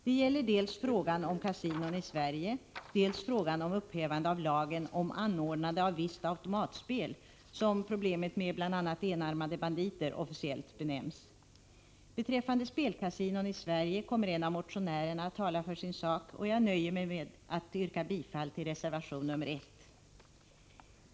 Det gäller dels frågan om kasinon i Sverige, dels frågan om upphävande av lagen om anordnande av visst automatspel, som problemet med bl.a. ”enarmade banditer” officiellt benämns. Beträffande spelkasinon i Sverige kommer en av motionärerna att tala för sin sak, och jag nöjer mig med att yrka bifall till reservation nr 1.